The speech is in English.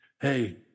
hey